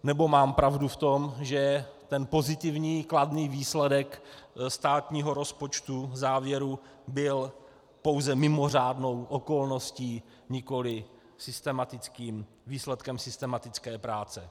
Nebo mám pravdu v tom, že ten pozitivní, kladný výsledek státního rozpočtu v závěru byl pouze mimořádnou okolností, nikoli výsledkem systematické práce?